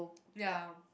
ya